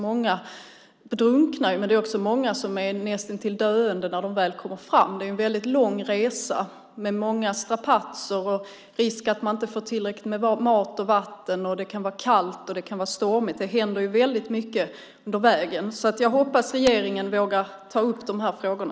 Många drunknar, men det är också många som är näst intill döende när de väl kommer fram. Det är en väldigt lång resa med många strapatser och risk för att de inte får tillräckligt med mat och vatten. Det kan vara kallt och stormigt. Det händer ju väldigt mycket på vägen. Jag hoppas att regeringen vågar ta upp de här frågorna.